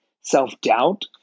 self-doubt